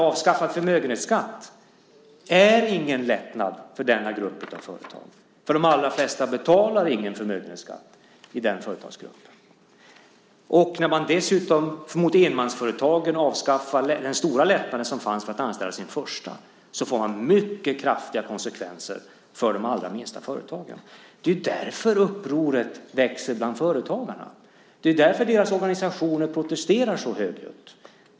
Avskaffad förmögenhetsskatt är ingen lättnad för denna grupp av företag eftersom de allra flesta i den företagsgruppen inte betalar någon förmögenhetsskatt. När man dessutom avskaffar den stora lättnad som fanns för enmansföretagen att anställa den första personen, så får man mycket kraftiga konsekvenser för de allra minsta företagen. Det är därför som upproret växer bland företagarna. Det är därför som deras organisationer protesterar så högljutt.